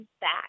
back